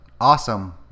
awesome